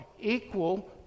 equal